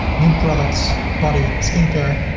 new products, body skincare,